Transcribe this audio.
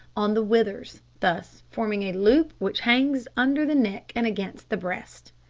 on the withers, thus forming a loop which hangs under the neck and against the breast.